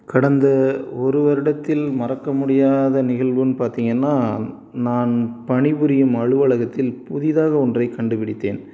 கடந்த ஒரு வருடத்தில் மறக்க முடியாத நிகழ்வுன்னு பார்த்திங்கன்னா நான் பணிபுரியும் அலுவலகத்தில் புதிதாக ஒன்றை கண்டுபிடித்தேன்